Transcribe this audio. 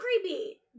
creepy